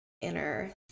inner